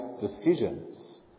decisions